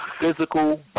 physical